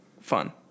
fun